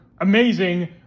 amazing